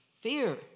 Fear